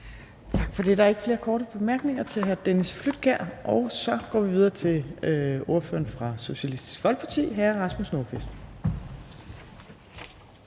Tak for det. Der er ikke flere korte bemærkninger til hr. Dennis Flydtkjær, og så går vi videre til ordføreren fra Socialistisk Folkeparti, hr. Rasmus Nordqvist.